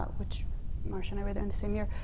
which marsha and i were there in the same year.